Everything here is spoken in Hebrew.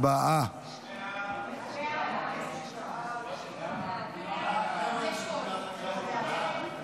הצבעה ההצעה להעביר את הצעת חוק המים